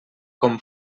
com